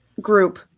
group